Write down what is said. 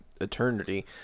eternity